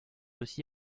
aussi